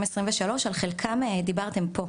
על חלקם דיברתם פה,